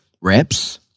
reps